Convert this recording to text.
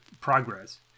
progress